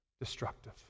destructive